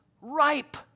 ripe